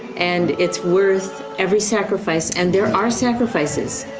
and it's worth every sacrifice. and there are sacrifices.